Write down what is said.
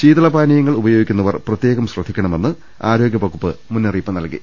ശീതളപാനീയങ്ങൾ ഉപയോഗിക്കുന്നവർ പ്രത്യേകം ശ്രദ്ധിക്കണമെന്ന് ആരോഗ്യവകുപ്പ് മുന്നറിയിപ്പുനൽകി